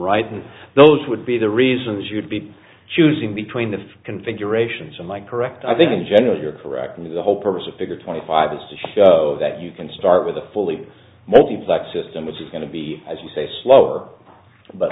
and those would be the reasons you'd be choosing between the configurations and like correct i think in general you're correct and the whole purpose of figure twenty five is to show that you can start with a fully multiplex system which is going to be as you say slower but